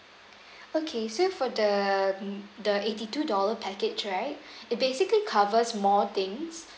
okay so for the the eighty two dollar package right it basically covers more things